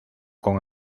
con